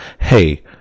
hey